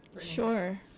sure